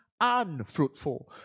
unfruitful